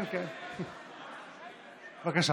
בבקשה.